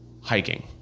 hiking